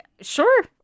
sure